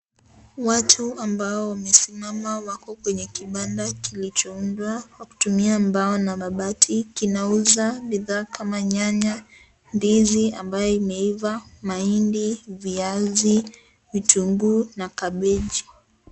Watu ambao wamesimama wako kwenye kibanda kilichoundwa kwa kutumia mbao na mabati, kinauza bidhaa kama nyanya, ndizi ambayo imeiva, mahindi, viazi, vitunguu na kabeji.